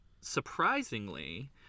surprisingly